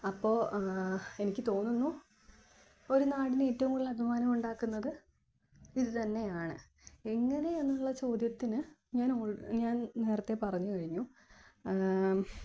അപ്പോ എനിക്കു തോന്നുന്നു ഒരു നാടിനെ ഏറ്റവും കൂടുതൽ അഭിമാനം ഉണ്ടാക്കുന്നത് ഇതുതന്നെയാണ് എങ്ങനെ എന്നുള്ള ചോദ്യത്തിന് ഞാൻ ഓൾ ഞാൻ നേർത്തേ പറഞ്ഞു കഴിഞ്ഞു